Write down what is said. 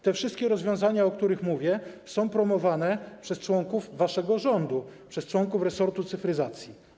Te wszystkie rozwiązania, o których mówię, są promowane przez członków waszego rządu, przez członków resortu cyfryzacji.